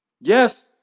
Yes